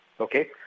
Okay